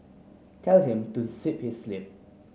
tell him to zip his lip